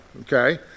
okay